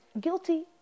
guilty